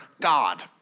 God